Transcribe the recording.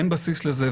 אין בסיס לזה,